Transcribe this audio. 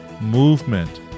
movement